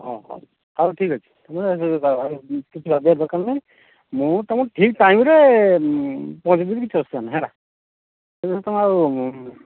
ହଁ ହଁ ହେଉ ଠିକ ଅଛି କିଛି ଭାବିବା ଦରକାର ନାହିଁ ମୁଁ ତୁମକୁ ଠିକ ଟାଇମରେ ପହଞ୍ଚେଇ ଦେବି କିଛି ଅସୁବିଧା ନାହିଁ ହେଲା ସେ ଯୋଗୁଁ ତୁମେ ଆଉ